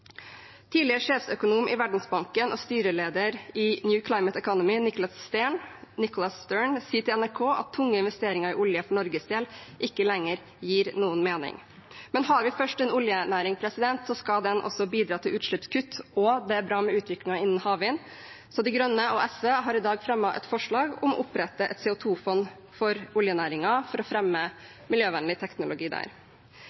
Tidligere sjeføkonom i Verdensbanken og styreleder i New Climate Economy, Nicholas Stern, sier til NRK at tunge investeringer i olje for Norges del ikke lenger gir noen mening. Men har vi først en oljenæring, skal den også bidra til utslippskutt, og det er bra med utviklingen innen havvind. Så De Grønne og SV har i dag fremmet et forslag om å opprette et CO 2 -fond for oljenæringen for å